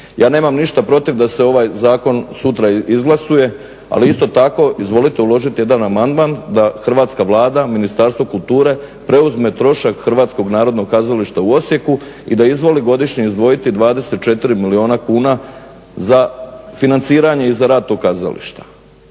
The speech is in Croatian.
Ja nemam ništa protiv da se ovaj zakon sutra izglasuje, ali isto tako izvolite uložiti jedan amandman da Hrvatska Vlada, Ministarstvo kulture preuzme trošak HNK u Osijeku i da izvoli godišnje izdvojiti 24 milijuna kuna za financiranje i za kazalište